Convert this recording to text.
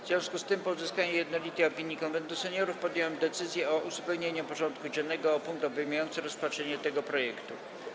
W związku z tym, po uzyskaniu jednolitej opinii Konwentu Seniorów, podjąłem decyzję o uzupełnieniu porządku dziennego o punkt obejmujący rozpatrzenie tego projektu.